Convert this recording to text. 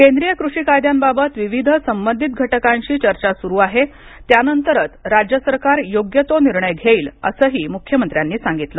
केंद्रीय कृषी कायद्यांबाबत विविध संबधित घटकांशी चर्चा सुरू आहे त्यानंतरच राज्य सरकार योग्य तो निर्णय घेईल असंही मुख्यमंत्र्यांनी सांगितलं